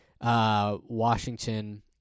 Washington